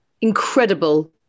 incredible